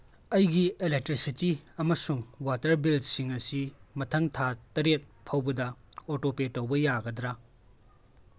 ꯑꯩꯒꯤ ꯑꯦꯂꯦꯛꯇ꯭ꯔꯤꯁꯤꯇꯤ ꯑꯃꯁꯨꯡ ꯋꯥꯇꯔ ꯕꯤꯜꯁꯤꯡ ꯑꯁꯤ ꯃꯊꯪ ꯊꯥ ꯇꯔꯦꯠ ꯐꯥꯎꯕꯗ ꯑꯣꯇꯣꯄꯦ ꯇꯧꯕ ꯌꯥꯒꯗ꯭ꯔꯥ